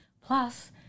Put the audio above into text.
plus